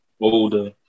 older